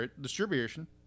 Distribution